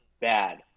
bad